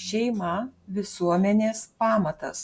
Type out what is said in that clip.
šeima visuomenės pamatas